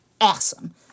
awesome